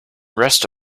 rest